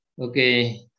Okay